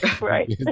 right